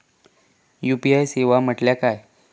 UPI सेवा म्हटल्या काय?